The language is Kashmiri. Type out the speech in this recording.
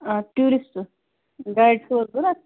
آ ٹیٛوٗرِسٹہٕ گایِڈ چھُوا حظ ضروٗرت